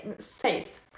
face